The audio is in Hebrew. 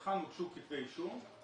הכנו שוב כתבי אישום,